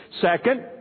Second